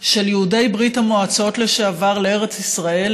של יהודי ברית המועצות לשעבר לארץ ישראל,